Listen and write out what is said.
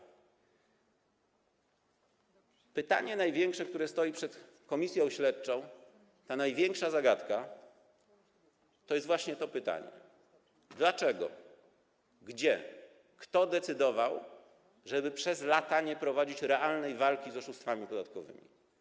Najważniejsze pytanie, które stoi przed komisją śledczą, największa zagadka, to jest właśnie to pytanie: Dlaczego, gdzie i kto decydował, żeby przez lata nie prowadzić realnej walki z oszustwami podatkowymi?